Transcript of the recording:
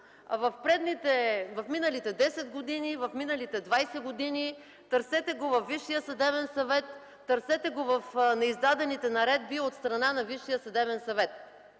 в миналите десет години, в миналите двадесет години, търсете го във Висшия съдебен съвет, търсете го в неиздадените наредби от страна на Висшия съдебен съвет”.